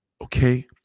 Okay